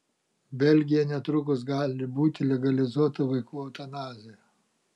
belgija netrukus gali būti legalizuota vaikų eutanazija